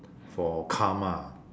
for karma